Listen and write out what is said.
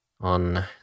on